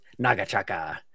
Nagachaka